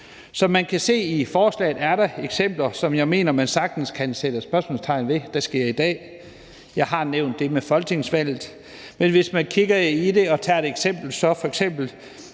Som man kan se i forslaget, er der eksempler, som jeg mener man sagtens kan sætte spørgsmålstegn ved, og som sker i dag. Jeg har nævnt det med folketingsvalget, men hvis man kigger ind i det og f.eks.